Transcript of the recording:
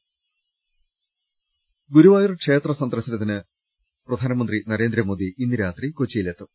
ൾ ൽ ൾ ഗുരുവായൂർ ക്ഷേത്ര സന്ദർശനത്തിന് പ്രധാനമന്ത്രി നരേന്ദ്രമോദി ഇന്ന് രാത്രി കൊച്ചിയിൽ എത്തും